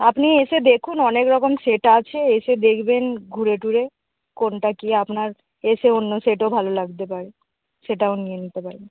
আপনি এসে দেখুন অনেক রকম সেট আছে এসে দেখবেন ঘুরে টুরে কোনটা কী আপনার এসে অন্য সেটও ভালো লাগতে পারে সেটাও নিয়ে নিতে পারেন